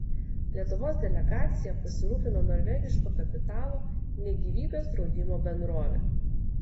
lietuvos delegacija pasirūpino norvegiško kapitalo ne gyvybės draudimo bendrovė